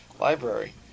library